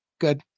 Good